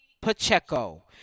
Pacheco